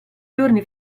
giorni